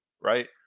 right